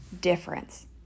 difference